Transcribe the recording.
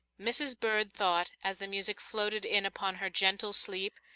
mrs. bird thought, as the music floated in upon her gentle sleep,